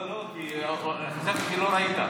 לא, לא, חשבתי שלא ראית.